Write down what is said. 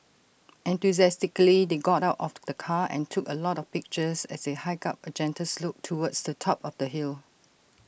enthusiastically they got out of the car and took A lot of pictures as they hiked up A gentle slope towards the top of the hill